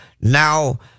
now